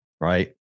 Right